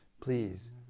please